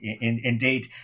Indeed